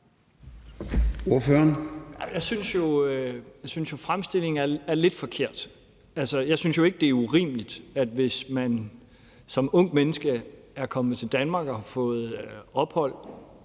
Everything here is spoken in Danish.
jeg synes jo, at fremstillingen er lidt forkert. Jeg synes jo ikke, det er urimeligt, hvis man som ungt menneske er kommet til Danmark og har fået ophold,